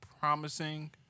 Promising